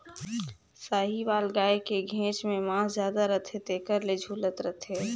साहीवाल गाय के घेंच में मांस जादा रथे तेखर चलते झूलत रथे